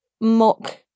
mock